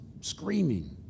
screaming